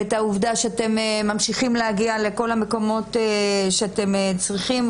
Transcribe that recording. ואת העובדה שאתם ממשיכים להגיע לכל המקומות שאתם צריכים,